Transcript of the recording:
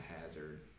hazard